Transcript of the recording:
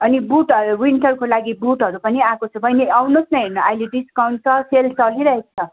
अनि बुटहरू विन्टरको लागि बुटहरू पनि आएको छ बहिनी आउनु होस् न हेर्न अहिले डिस्काउन्ट छ सेल चलिरहेको छ